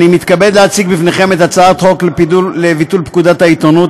אני מתכבד להציג בפניכם את הצעת חוק לביטול פקודת העיתונות,